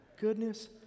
goodness